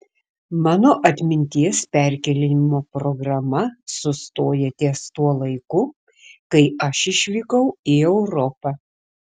mano atminties perkėlimo programa sustoja ties tuo laiku kai aš išvykau į europą